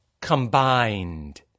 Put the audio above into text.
combined